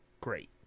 Great